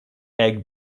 egg